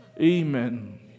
Amen